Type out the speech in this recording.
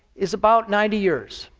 is about ninety years,